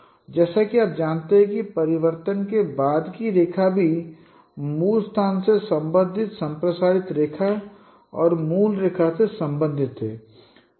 और जैसा कि आप जानते हैं कि परिवर्तन के बाद की रेखा भी मूल स्थान से संबंधित रूपांतरित रेखा और मूल रेखा से संबंधित है